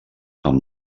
amb